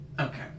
okay